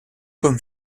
comme